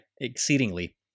exceedingly